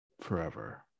forever